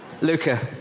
Luca